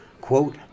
quote